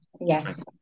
yes